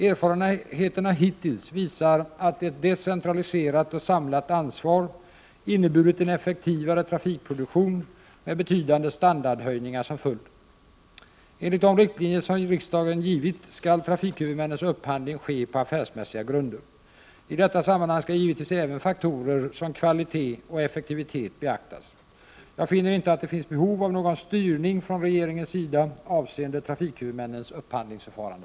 Erfarenheterna hittills visar att ett decentraliserat och samlat ansvar inneburit en effektivare trafikproduktion med betydande standardhöjningar som följd. Enligt de riktlinjer som riksdagen givit skall trafikhuvudmännens upphandling ske på affärsmässiga grunder. I detta sammanhang skall givetvis även faktorer som kvalitet och effektivitet beaktas. Jag finner inte att det finns behov av någon styrning från regeringens sida avseende trafikhuvudmännens upphandlingsförfarande.